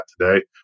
today